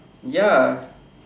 ya